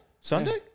Sunday